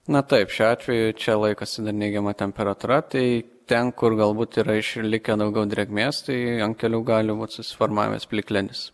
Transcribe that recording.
na taip šiuo atveju čia laikosi dar neigiama temperatūra tai ten kur galbūt yra išlikę daugiau drėgmės tai ant kelių gali būt susiformavęs plikledis